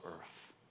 earth